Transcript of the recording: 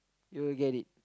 you will get it